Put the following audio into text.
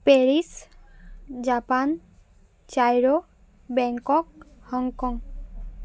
Paris Japan Cairo Bangkok Hong Kong